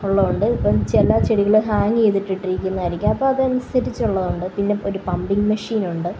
ഉള്ളത് ഉണ്ട് ഇപ്പം ചെല ചെടികള് ഹാങ്ങ് ചെയ്ത് ഇട്ടിരിക്കുന്നതായിരിക്കാം അപ്പോൾ അതനുസരിച്ചുള്ളത് കൊണ്ട് പിന്നെ ഒരു പംമ്പിഗ് മെഷീൻ ഉണ്ട്